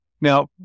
Now